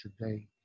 today